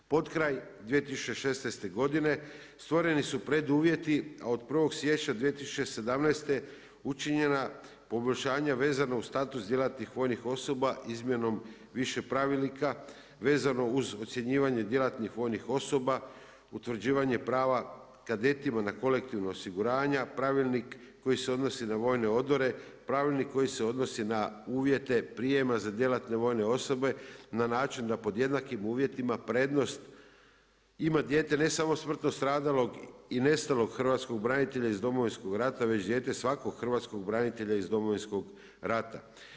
Potkraj 2016. godine stvoreni su preduvjeti a od 01. siječnja 2017. učinjena poboljšanja vezano uz status djelatnih vojnih osoba izmjenom više pravilnika vezano uz ocjenjivanje djelatnih vojnih osoba, utvrđivanje prava kadetima na kolektivna osiguranja, pravilnik koji se odnosi na vojne odore, pravilnik koji se odnosi na uvjete prijema za djelatne vojne osobe na način da pod jednakim uvjetima prednost ima dijete ne samo smrtno stradalog i nestalog hrvatskog branitelja iz Domovinskog rata već i dijete svakog hrvatskog branitelja iz Domovinskog rata.